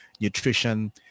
nutrition